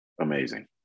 amazing